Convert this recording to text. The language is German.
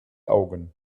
augen